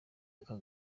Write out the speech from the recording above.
aka